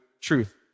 truth